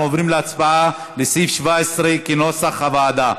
אנחנו עוברים להצבעה על סעיף 17, כנוסח הוועדה.